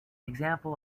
example